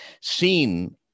seen